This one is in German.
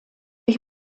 ich